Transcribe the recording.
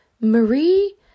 Marie